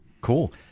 Cool